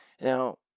Now